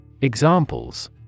Examples